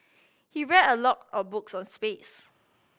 he read a lot of books on space